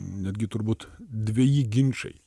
netgi turbūt dvieji ginčai